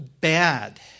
bad